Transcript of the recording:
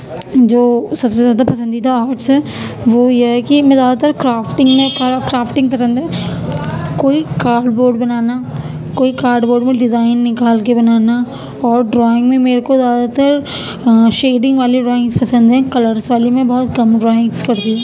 جو سب سے زیادہ پسندیدہ آرٹس ہے وہ یہ ہے کہ میں زیادہ تر کرافٹنگ میں کرافٹنگ پسند ہے کوئی کارڈ بورڈ بنانا کوئی کارڈ بورڈ میں ڈزائن نکال کے بنانا اور ڈرائنگ میں میرے کو زیادہ تر شیڈنگ والے ڈرائنگس پسند ہیں کلرس والی میں بہت کم ڈرائنگس کرتی ہوں